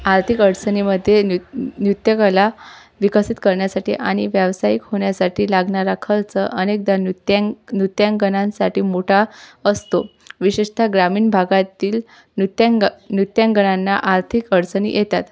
आर्थिक अडचणीमध्ये न्यु नृत्यकला विकसित करण्यासाठी आणि व्यावसायिक होण्यासाठी लागणारा खर्च अनेकदा नृत्यां नृत्यांगनांसाठी मोठा असतो विशेषतः ग्रामीण भागातील नृत्यांंग नृत्यांगनांना आर्थिक अडचणी येतात